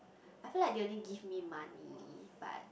I feel like they only give me money but